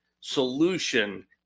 solution